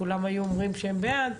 כולם היו אומרים שהם בעד,